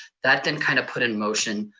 that then kind of put in motion